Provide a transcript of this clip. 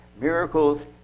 miracles